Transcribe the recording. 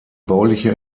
bauliche